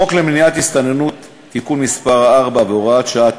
חוק למניעת הסתננות (תיקון מס' 4 והוראת שעה),